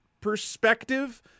perspective